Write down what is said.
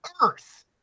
earth